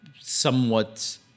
somewhat